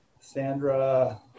Sandra